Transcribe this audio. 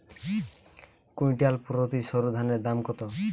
Quintal প্রতি সরুধানের দাম কত?